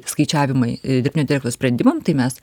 skaičiavimai dirbtinio intelekto sprendimam tai mes